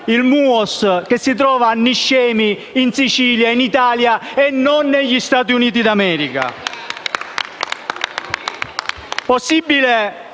il MUOS si trova a Niscemi, in Sicilia, in Italia e non negli Stati Uniti d'America.